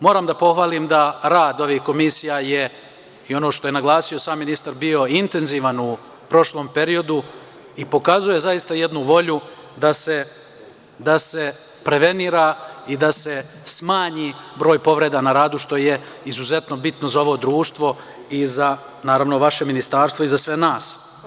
Moram da pohvalim da rad ovih komisija je i ono što je naglasio sam ministar, bio intenzivan u prošlom periodu i pokazuje zaista jednu volju da se prevenira i da se smanji broj povreda na radu, što je izuzetno bitno za ovo društvo i za vaše Ministarstvo i za sve nas.